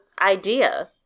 idea